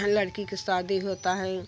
लड़की की शादी होता है